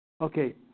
Okay